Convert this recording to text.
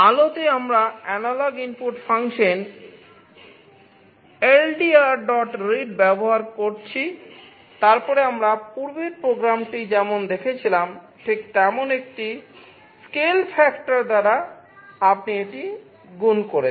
আলোতে আমরা analogue input function ldrread দ্বারা আপনি এটি গুণ করছেন